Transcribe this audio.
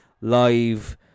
Live